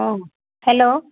অঁ হেল্ল'